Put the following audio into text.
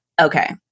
Okay